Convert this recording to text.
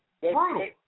Brutal